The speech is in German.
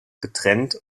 getrennt